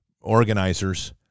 organizers